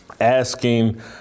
asking